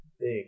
Big